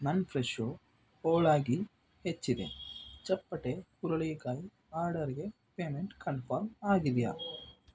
ನನ್ನ ಫ್ರೆಶೋ ಹೋಳಾಗಿ ಹೆಚ್ಚಿದೆ ಚಪ್ಪಟೆ ಹುರುಳಿಕಾಯಿ ಆರ್ಡರ್ಗೆ ಪೇಮೆಂಟ್ ಕನ್ಫರ್ಮ್ ಆಗಿದೆಯಾ